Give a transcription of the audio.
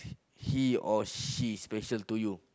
he or she special to you